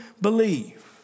believe